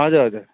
हजुर हजुर